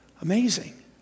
Amazing